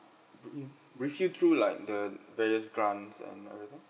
mm brief you through like the various grants and everything